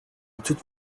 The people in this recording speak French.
toute